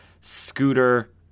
scooter